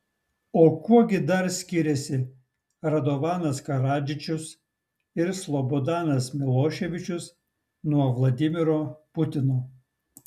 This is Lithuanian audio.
o kuo gi dar skiriasi radovanas karadžičius ir slobodanas miloševičius nuo vladimiro putino